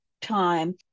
time